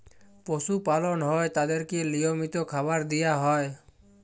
পশু পালল হ্যয় তাদেরকে লিয়মিত খাবার দিয়া হ্যয়